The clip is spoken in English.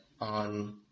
on